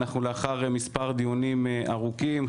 אנחנו לאחר מספר דיונים ארוכים,